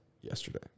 yesterday